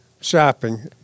shopping